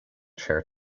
chair